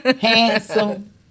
handsome